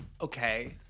Okay